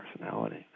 personality